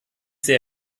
sehr